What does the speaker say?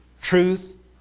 truth